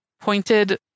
pointed